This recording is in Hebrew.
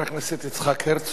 חבר הכנסת דני דנון.